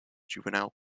juvenile